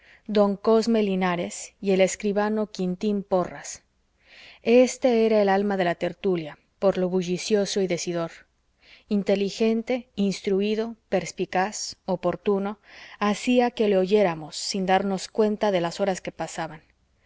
don cosme linares y el escribano quintín porras este era el alma de la tertulia por lo bullicioso y decidor inteligente instruído perspicaz oportuno hacía que le oyéramos sin darnos cuenta de las horas que pasaban